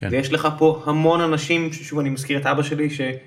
יש לך פה המון אנשים - שוב אני מזכיר את אבא שלי, ש